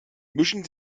mischen